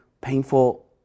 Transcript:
painful